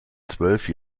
zwölf